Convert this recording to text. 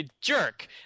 jerk